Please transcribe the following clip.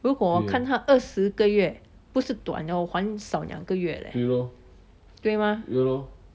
如果我看他二十个月不是短我还少两个月的吗